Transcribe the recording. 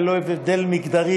ללא הבדל מגדרי,